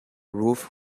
roof